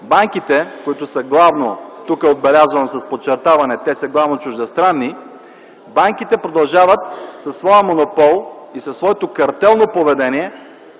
банките – тук отбелязвам с подчертаване, те са главно чуждестранни, ако банките продължават със своя монопол и своето картелно поведение